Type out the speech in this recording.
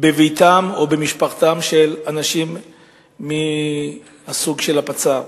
בביתם או במשפחתם של אנשים מהסוג של הפצ"ר.